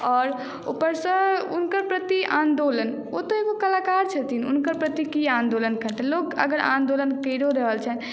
आओर ऊपरसँ हुनकर प्रति आन्दोलन ओ तऽ एगो कलाकार छथिन हुनकर प्रति की आन्दोलन करतै लोक अगर आन्दोलन करियो रहल छनि तऽ